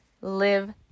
live